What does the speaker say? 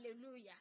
Hallelujah